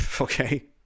Okay